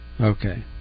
Okay